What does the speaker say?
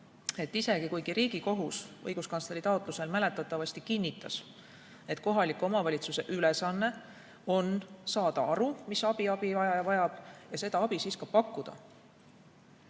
taha, kuigi Riigikohus õiguskantsleri taotlusel mäletatavasti kinnitas, et kohaliku omavalitsuse ülesanne on saada aru, mis abi abivajaja vajab, ja seda abi ka